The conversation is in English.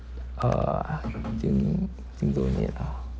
uh think think don't need lah